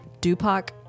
Dupac